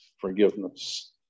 forgiveness